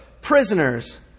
prisoners